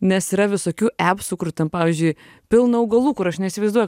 nes yra visokių epsų kur ten pavyzdžiui pilna augalų kur aš neįsivaizduoju